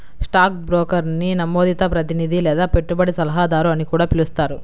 stock బ్రోకర్ని నమోదిత ప్రతినిధి లేదా పెట్టుబడి సలహాదారు అని కూడా పిలుస్తారు